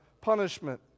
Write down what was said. punishment